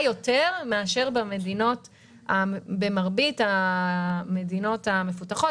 יותר מאשר במרבית המדינות המפותחות.